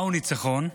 מהו ניצחון?